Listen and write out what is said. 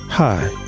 Hi